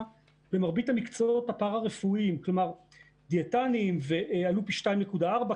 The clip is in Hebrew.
במרבית המקצועות הפארא רפואיים: דיאטנים עלו פי 2.4,